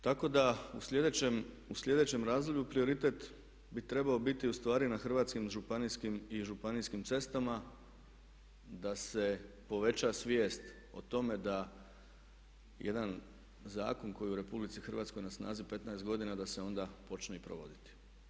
Tako da u sljedećem razdoblju prioritet bi trebao biti ustvari na Hrvatskim, Županijskim i županijskim cestama da se poveća svijest o tome da je jedan zakon koji je u RH na snazi 15 godina da se onda počne i provoditi.